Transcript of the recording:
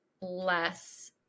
less